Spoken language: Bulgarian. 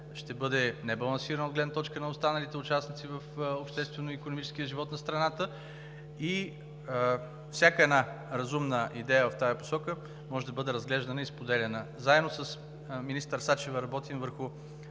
ще бъде небалансирана от гледна точка на останалите участници в обществено-икономическия живот на страната и всяка една разумна идея в тази посока може да бъде разглеждана и споделяна. Заедно с министър Сачева работим върху